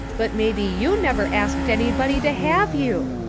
but maybe you never asked anybody to have you,